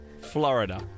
Florida